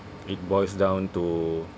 it boils down to